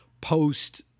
post